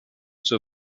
zur